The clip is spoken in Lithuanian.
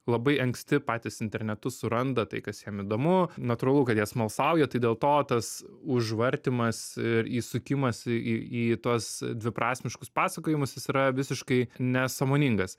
labai anksti patys internetu suranda tai kas jiem įdomu natūralu kad jie smalsauja tai dėl to tas užvartymas ir įsukimas į į į tuos dviprasmiškus pasakojimus jis yra visiškai nesąmoningas